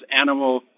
animal